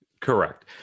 Correct